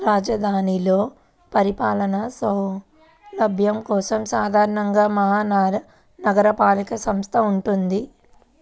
రాజధానిలో పరిపాలనా సౌలభ్యం కోసం సాధారణంగా మహా నగరపాలక సంస్థ వుంటది